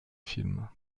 film